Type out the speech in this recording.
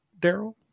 Daryl